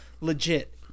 legit